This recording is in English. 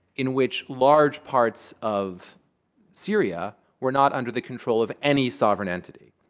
in which large parts of syria were not under the control of any sovereign entity.